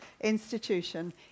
institution